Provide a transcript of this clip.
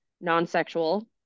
non-sexual